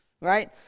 right